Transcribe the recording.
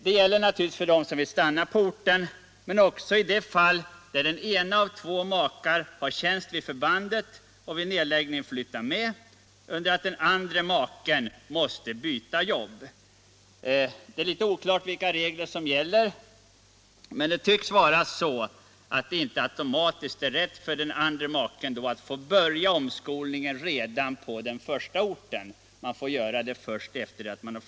Detta gäller naturligtvis för dem som vill stanna på orten, men också i de fall där den ena av två makar har tjänst vid förbandet och vid nedläggningen flyttar med under det att den andre måste byta jobb. Det är litet oklart vilka regler som gäller. Men det tycks vara så att det inte automatiskt finns rätt för den andre att få börja en omskolning redan på den första orten. Man får göra det först efter flyttningen.